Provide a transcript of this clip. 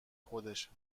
خودش